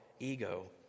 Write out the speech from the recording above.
ego